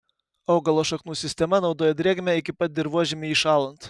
augalo šaknų sistema naudoja drėgmę iki pat dirvožemiui įšąlant